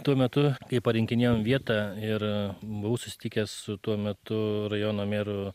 tuo metu kai parinkinėjom vietą ir buvau susitikęs su tuo metu rajono meru